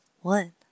one